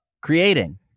creating